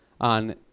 on